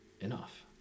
enough